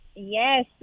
Yes